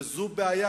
וזו בעיה,